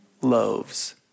loaves